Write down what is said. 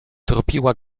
tropiła